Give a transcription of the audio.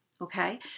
Okay